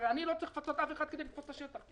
הרי אני לא צריך לפצות אף אחד כדי לתפוס את השטח.